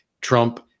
Trump